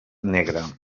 negre